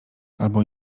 albo